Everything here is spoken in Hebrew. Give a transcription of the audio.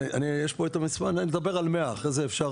אני מדבר על 100. אחרי זה אפשר,